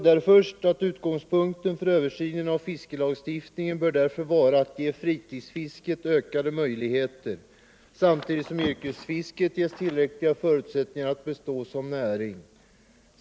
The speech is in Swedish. Där står: ”Utgångspunkten för översynen av fiskelagstiftningen bör därför vara att ge fritidsfisket ökade möjligheter samtidigt som yrkesfisket ges tillräckliga förutsättningar att bestå som näring.